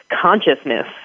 consciousness